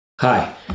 Hi